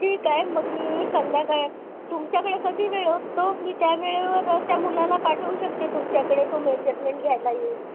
ठीक आहे मग मी संध्याकाळी तुमच्याकडे कधी वेळ असतो मी त्या वेळेवर त्या मुलाला पाठवू शकते तुमच्याकडे तो मेजरमेंट घ्यायला येईल